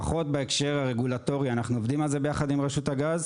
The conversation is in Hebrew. לפחות בהקשר הרגולטורי אנחנו עובדים על זה ביחד עם רשות הגז,